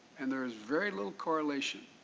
and there's very little correlation